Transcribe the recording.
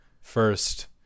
first